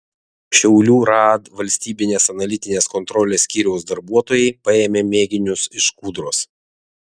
šiaulių raad valstybinės analitinės kontrolės skyriaus darbuotojai paėmė mėginius iš kūdros